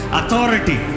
Authority